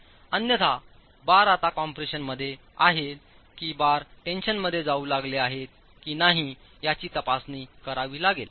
अन्यथा बार आता कम्प्रेशनमध्ये आहेत की बार टेन्शनमध्ये जाऊ लागले आहेत की नाही याची तपासणी करावी लागेल